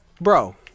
Bro